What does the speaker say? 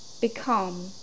Become